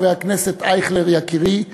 חבר הכנסת אייכלר יקירי,